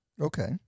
Okay